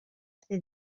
hace